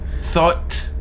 thought